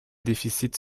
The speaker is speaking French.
déficits